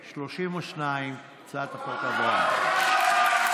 32. הצעת החוק עברה,